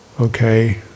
okay